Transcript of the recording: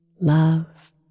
love